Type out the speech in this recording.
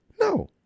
No